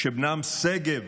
שבנם שגב,